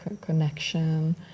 connection